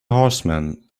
horsemen